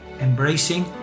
embracing